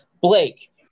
Blake